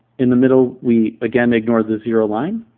in the middle, we again ignore the zero line,